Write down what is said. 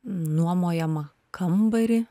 nuomojamą kambarį